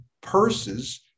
purses